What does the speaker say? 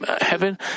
heaven